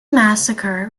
massacre